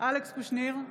אלכס קושניר,